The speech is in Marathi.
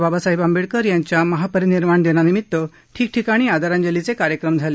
बाबासाहेब आंबेडकर यांच्या महापरिनिर्वाण दिना निमित्त ठिकठिकाणी आदरांजलीचे कार्यक्रम झाले